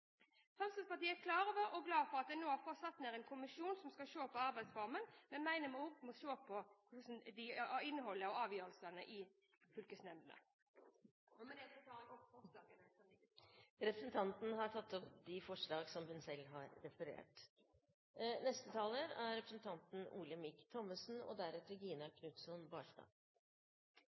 Fremskrittspartiet er klar over og glad for at en nå har fått satt ned en kommisjon som skal se på arbeidsformen, men vi mener at vi også må se på innholdet og avgjørelsene i fylkesnemndene. Med det tar jeg opp forslagene fra Fremskrittspartiet. Representanten Solveig Horne har tatt opp de forslag hun refererte til. Vi er alle enige om at vi har et særlig ansvar for å sørge for at barn er